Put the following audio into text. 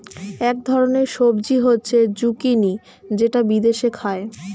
এক ধরনের সবজি হচ্ছে জুকিনি যেটা বিদেশে খায়